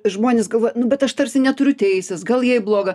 žmonės galvoja nu bet aš tarsi neturiu teisės gal jai bloga